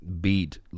beat